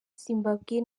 zimbabwe